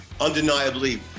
undeniably